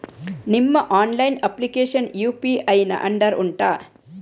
ನಿಮ್ಮ online application UPI ನ under ಉಂಟಾ